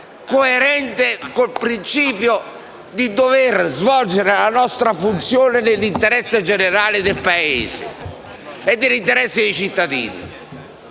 coerente con il principio di dover svolgere la nostra funzione nell'interesse generale del Paese e dei cittadini,